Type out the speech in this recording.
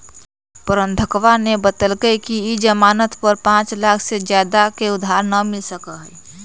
प्रबंधकवा ने बतल कई कि ई ज़ामानत पर पाँच लाख से ज्यादा के उधार ना मिल सका हई